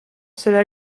cela